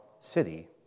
city